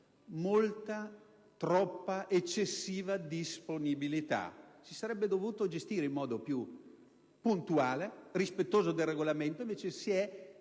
molta, troppa, eccessiva disponibilità. Si sarebbero dovuti gestire i lavori in modo più puntuale e rispettoso del Regolamento. Invece si è